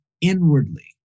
inwardly